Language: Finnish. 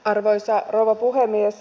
arvoisa rouva puhemies